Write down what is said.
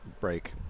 break